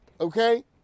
Okay